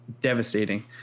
devastating